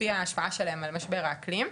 ההשפעה שלהן על משבר האקלים.